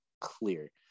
clear